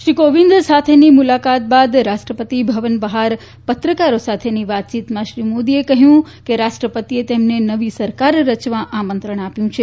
શ્રી કોવિંદ સાથેની મુલાકાત બાદ રાષ્ટ્રપતિભવન બફાર પત્રકારો સાથેની વાતચીતમાં શ્રી મોદીએ કહ્યું કે રાષ્ટ્રપતિએ તેમને નવી સરકાર રચવા આમંત્રણ આપ્યું છે